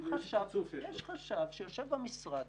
יש חשב שיושב במשרד